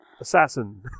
assassin